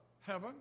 heaven